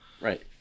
right